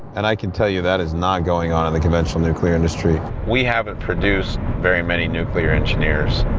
and i can tell you that is not going on in the conventional nuclear industry. we haven't produced very many nuclear engineers.